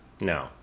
No